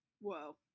Whoa